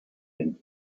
him